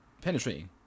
penetrating